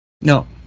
No